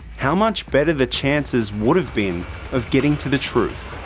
how much better the chances would have been of getting to the truth.